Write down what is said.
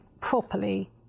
properly